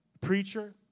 Preacher